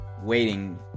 waiting